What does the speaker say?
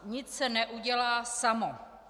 Nic se neudělá samo.